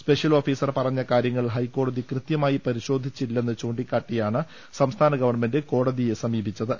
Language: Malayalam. സ്പെഷ്യൽ ഓഫീസർ പറഞ്ഞ കാര്യങ്ങൾ ഹൈക്കോടതി കൃത്യമായി പരിശോധിച്ചില്ലെന്ന് ചൂണ്ടിക്കാട്ടിയാണ് സംസ്ഥാന ഗവൺമെന്റ് കോടതിയെ സമീപിച്ചത്